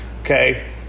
Okay